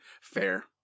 Fair